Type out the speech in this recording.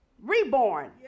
reborn